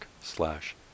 slash